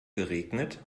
geregnet